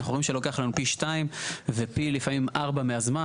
אנחנו רואים שלוקח לנו פי 2 ולפעמים פי 4 מהזמן.